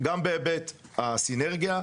גם בהיבט הסינרגיה,